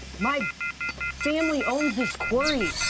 my family owns this quarry.